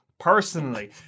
Personally